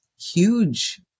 huge